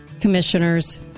commissioners